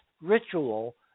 ritual